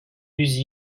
yüz